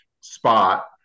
spot